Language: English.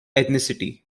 ethnicity